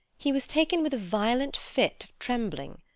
he was taken with a violent fit of trembling.